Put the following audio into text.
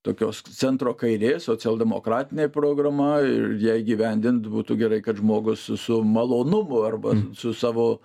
tokios centro kairės socialdemokratinė programa ir ją įgyvendint būtų gerai kad žmogus su malonumu arba su savo